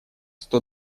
сто